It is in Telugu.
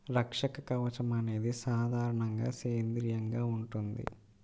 రక్షక కవచం అనేది సాధారణంగా సేంద్రీయంగా ఉంటుంది